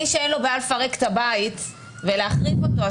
מי שאין לו בעיה לפרק את הבית ולהחריב אותו,